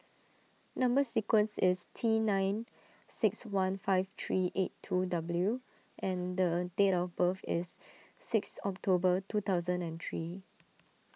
Number Sequence is T nine six one five three eight two W and a date of birth is six October two thousand and three